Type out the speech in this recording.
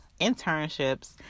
internships